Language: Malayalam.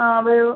ആ വേവ്